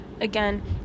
again